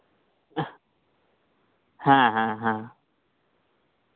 ᱦᱮᱸ ᱦᱮᱸ ᱦᱮᱸ